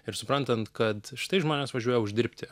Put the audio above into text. ir suprantant kad štai žmonės važiuoja uždirbti